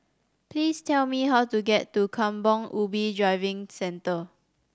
please tell me how to get to Kampong Ubi Driving Centre